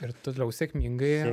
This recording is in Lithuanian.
ir toliau sėkmingai